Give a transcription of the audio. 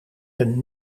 een